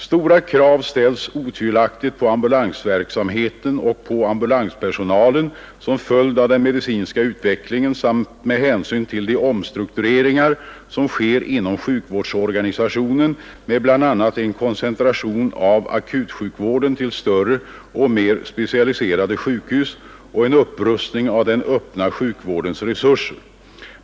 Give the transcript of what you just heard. Stora krav ställs otvivelaktigt på ambulansverksamheten och på ambulanspersonalen som följd av den medicinska utvecklingen samt med hänsyn till de omstruktureringar, som sker inom sjukvårdsorganisationen med bl.a. en koncentration av akutsjukvården till större och mer specialiserade sjukhus och en upprustning av den öppna sjukvårdens resurser.